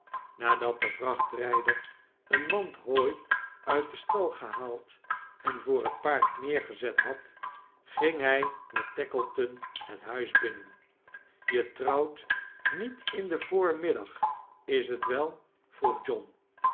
nadat de vrachtrijder een mand hooi uit den stal gehaald en voor het paa rd neergezet had ging hij met tackleton het huis binnen je trouwt niet in den voormiddag is t wel vroeg john